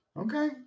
Okay